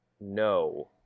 no